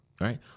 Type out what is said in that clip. right